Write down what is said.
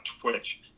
twitch